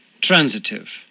Transitive